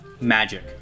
magic